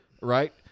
Right